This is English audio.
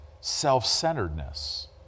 self-centeredness